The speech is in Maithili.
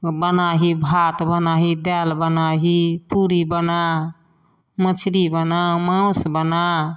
बनबही भात बनबही दालि बनबही पूरी बना मछरी बना मासु बना